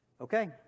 okay